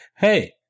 hey